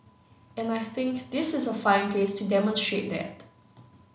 and I think this is a fine place to demonstrate that